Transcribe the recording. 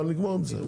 אבל נגמור את זה.